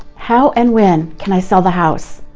how and when can i sell the house?